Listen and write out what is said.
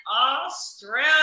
Australia